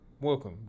Welcome